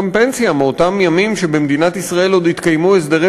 פנסיה מאותם ימים שבמדינת ישראל עוד התקיימו הסדרי